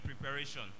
preparation